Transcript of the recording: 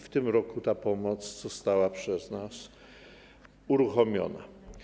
W tym roku ta pomoc została przez nas uruchomiona.